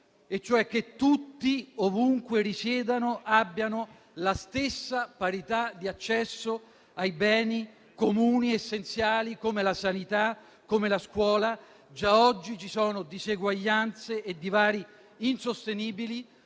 per cui tutti, ovunque risiedano, abbiano la stessa parità di accesso ai beni comuni essenziali, come la sanità e la scuola. Già oggi ci sono diseguaglianze e divari insostenibili,